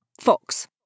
Fox